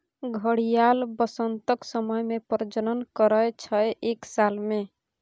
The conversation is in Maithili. घड़ियाल बसंतक समय मे प्रजनन करय छै एक साल मे